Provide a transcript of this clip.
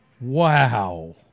wow